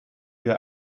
wir